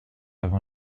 avant